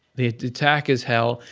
the attack is hell,